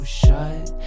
shut